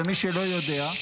למי שלא יודע,